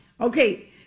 Okay